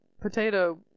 potato